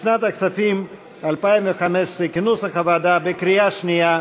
לשנת הכספים 2015, כנוסח הוועדה, בקריאה שנייה,